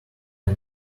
you